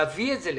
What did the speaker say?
להביא את זה לכאן,